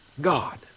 God